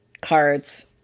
cards